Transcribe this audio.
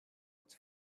its